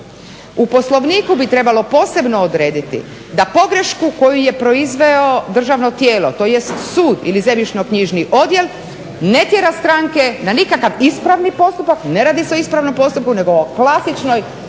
U poslovniku bi trebalo posebno odrediti da pogrešku koju je proizvelo državno tijelo tj. sud ili ZK odjel ne tjera stranke na nikakav ispravni postupak, ne radi se o ispravnom postupku nego o klasičnoj